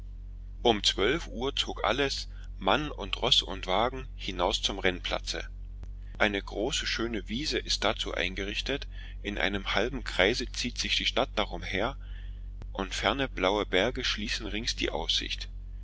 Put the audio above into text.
um zwölf uhr zog alles mann und roß und wagen hinaus zum rennplatze eine große schöne wiese ist dazu eingerichtet in einem halben kreise zieht sich die stadt darum her und ferne blaue berge schließen rings die aussicht